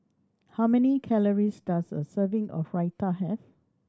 how many calories does a serving of Raita have